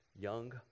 Young